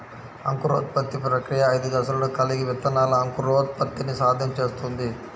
అంకురోత్పత్తి ప్రక్రియ ఐదు దశలను కలిగి విత్తనాల అంకురోత్పత్తిని సాధ్యం చేస్తుంది